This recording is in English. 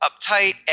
uptight